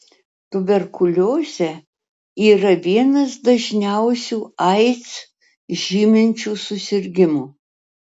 tuberkuliozė yra vienas dažniausių aids žyminčių susirgimų